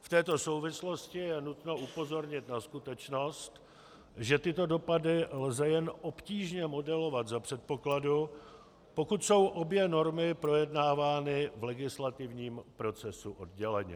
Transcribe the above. V této souvislosti je nutno upozornit na skutečnost, že tyto dopady lze jen obtížně modelovat za předpokladu, pokud jsou obě normy projednávány v legislativním procesu odděleně.